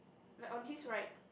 like on his right